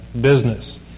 business